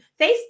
Facebook